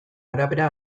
arabera